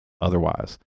otherwise